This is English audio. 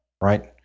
right